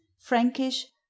frankish